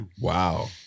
Wow